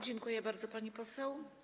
Dziękuję bardzo, pani poseł.